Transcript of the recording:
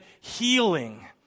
healing